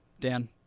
Dan